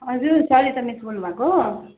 हजुर सरिता मिस बोल्नु भएको हो